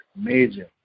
Major